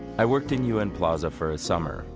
i worked in un plaza for a summer,